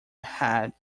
head